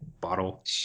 bottle